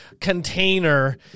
container